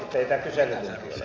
edustaja rossi